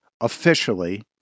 officially